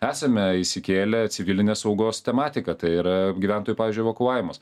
esame išsikėlę civilinės saugos tematiką tai yra gyventojų pavyzdžiui evakuavimas